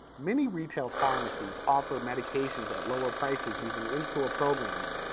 many retail pharmacies offer medications at lower prices using in-store programs,